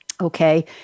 Okay